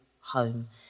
home